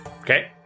Okay